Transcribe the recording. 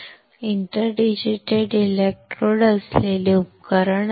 inter digitated electrodes असलेले उपकरण असणे